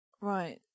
right